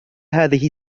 هذه